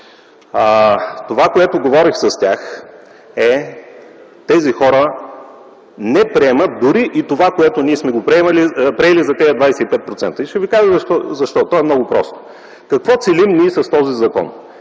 Това, което говорих с тях, е, че тези хора не приемат дори това, което сме приели за тези 25%. Ще ви кажа защо, то е много просто. Какво целим с този закон?